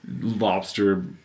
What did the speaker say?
Lobster